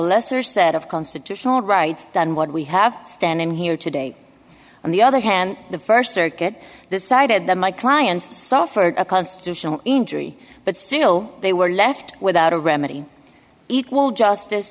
lesser set of constitutional rights than what we have standing here today on the other hand the st circuit decided that my client suffered a constitutional injury but still they were left without a remedy equal justice